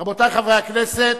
רבותי חברי הכנסת,